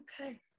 Okay